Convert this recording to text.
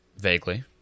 Vaguely